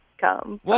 come